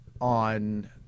on